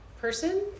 person